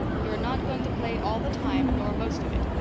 you're not going to play all the time nor most of it.